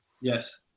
Yes